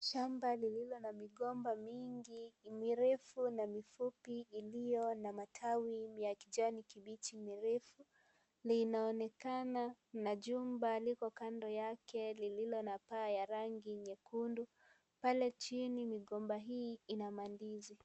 Shamba lililo na migomba mingi mirefu na mifupi iliyo na matawi ya kijani kibichi mirefu linaonekana na jumba liko kando yake lililo na paa ya rangi nyekundu. Pale chini migomba hii ina mandizi.